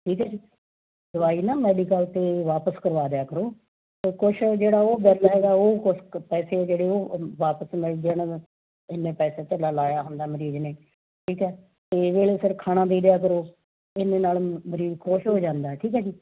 ਠੀਕ ਆ ਜੀ ਦਵਾਈ ਨਾ ਮੈਡੀਕਲ 'ਤੇ ਵਾਪਿਸ ਕਰਵਾ ਦਿਆ ਕਰੋ ਸੋ ਕੁਛ ਜਿਹੜਾ ਉਹ ਬਿੱਲ ਹੈਗਾ ਉਹ ਕੁਛ ਕੁ ਪੈਸੇ ਜਿਹੜੇ ਉਹ ਵਾਪਿਸ ਮਿਲ ਜਾਣ ਇੰਨੇ ਪੈਸੇ ਧੇਲਾ ਲਗਾਇਆ ਹੁੰਦਾ ਮਰੀਜ਼ ਨੇ ਠੀਕ ਹੈ ਇਹ ਵੇਲੇ ਫਿਰ ਖਾਣਾ ਵੀ ਦਿਆ ਕਰੋ ਇੰਨੇ ਨਾਲ ਗਰੀਬ ਖੁਸ਼ ਹੋ ਜਾਂਦਾ ਠੀਕ ਹੈ ਜੀ